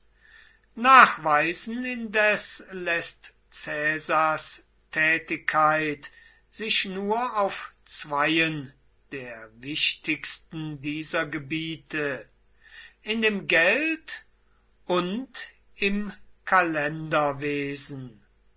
nachweisen indes läßt caesars tätigkeit sich nur auf zweien der wichtigsten dieser gebiete in dem geld und im